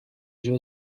jeux